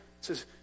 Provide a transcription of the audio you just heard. says